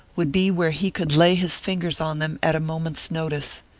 would be where he could lay his fingers on them at a moment's notice.